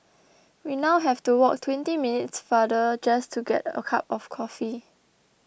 we now have to walk twenty minutes farther just to get a cup of coffee